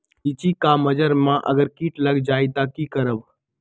लिचि क मजर म अगर किट लग जाई त की करब?